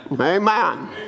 Amen